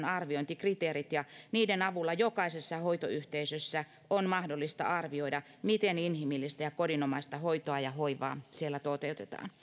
arviointikriteerit ja niiden avulla jokaisessa hoitoyhteisössä on mahdollista arvioida miten inhimillistä ja kodinomaista hoitoa ja hoivaa siellä toteutetaan